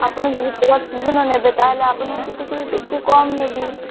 ଆପଣ ଯଦି ପୁରା ପୁରୁଣା ନେବେ ତାହାହେଲେ ଆପଣଙ୍କଠୁ ଟିକେ କମ୍ ନେବି